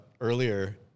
earlier